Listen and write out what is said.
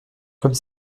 comme